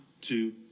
two